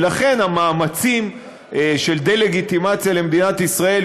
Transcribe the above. ולכן המאמצים של דה-לגיטימציה למדינת ישראל,